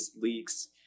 leaks